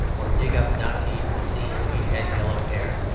or dig up dante to see if he had yellow hair,